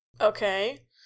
Okay